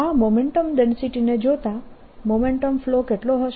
આ મોમેન્ટમ ડેન્સિટીને જોતાં મોમેન્ટમ ફ્લો કેટલો હશે